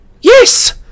Yes